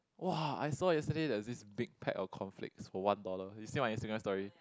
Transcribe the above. !wah! I saw yesterday there was this big pack of cornflakes for one dollar you see my Instagram story